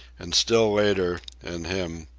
and still later, in him,